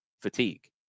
fatigue